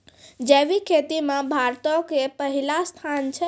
जैविक खेती मे भारतो के पहिला स्थान छै